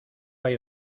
hay